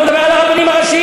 אני לא מדבר על הרבנים הראשיים.